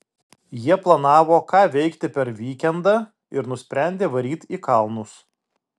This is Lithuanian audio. jie planavo ką veikti per vykendą ir nusprendė varyt į kalnus